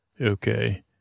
Okay